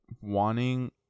wanting